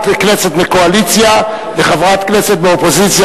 כנסת מהקואליציה לחברת כנסת מאופוזיציה,